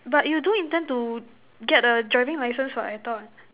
but you do intend to get a driving license what I thought